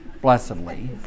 blessedly